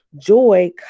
joy